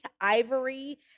ivory